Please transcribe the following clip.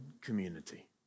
community